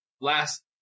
Last